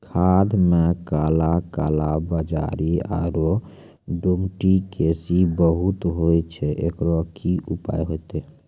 खाद मे काला कालाबाजारी आरु डुप्लीकेसी बहुत होय छैय, एकरो की उपाय होते?